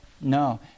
No